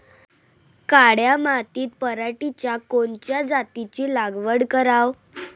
काळ्या मातीत पराटीच्या कोनच्या जातीची लागवड कराव?